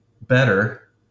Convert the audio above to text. better